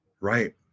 Right